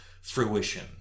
fruition